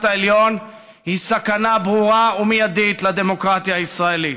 העליון היא סכנה ברורה ומיידית לדמוקרטיה הישראלית.